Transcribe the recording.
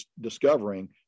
discovering